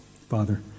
Father